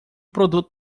produto